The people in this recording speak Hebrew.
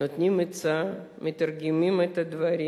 נותנים עצה, מתרגמים את הדברים,